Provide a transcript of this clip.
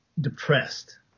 depressed